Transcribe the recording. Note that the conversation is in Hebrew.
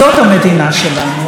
זאת המדינה שלנו.